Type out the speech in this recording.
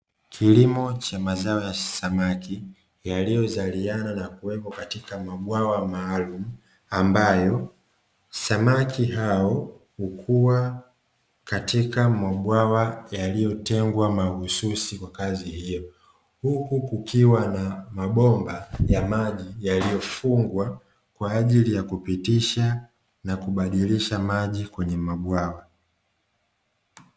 Kilimo cha mazao ya samaki yaliyozaliana na kuwepo katika mabwawa maalumu ambayo , samaki hao hukuwa katika mabwawa yaliyotengwa mahususi kwa kazi hiyo; huku kukiwa na mabomba ya maji yaliyofungwa kwa ajili ya kupitisha na kubadilisha maji kwenye mabwawa.